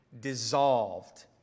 dissolved